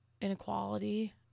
inequality